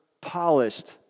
polished